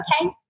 okay